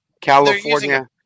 California